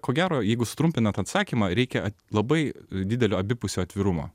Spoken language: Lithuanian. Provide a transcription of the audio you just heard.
ko gero jeigu sutrumpinant atsakymą reikia labai didelio abipusio atvirumo